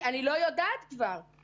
אני לא יודעת כבר,